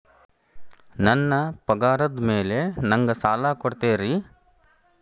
ನನ್ನ ಪಗಾರದ್ ಮೇಲೆ ನಂಗ ಸಾಲ ಕೊಡ್ತೇರಿ?